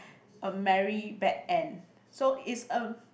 a merry bad end so is a